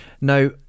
Now